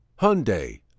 Hyundai